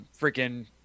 freaking